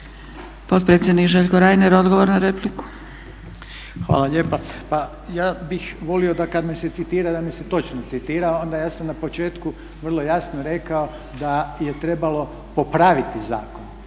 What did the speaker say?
Hvala lijepa. **Reiner, Željko (HDZ)** Ja bih volio da kad me se citira da me se točno citara. Onda ja sam na početku vrlo jasno rekao da je trebalo popraviti zakon